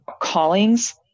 callings